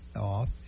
off